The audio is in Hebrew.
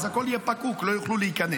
אז הכול יהיה פקוק ולא יוכלו להיכנס.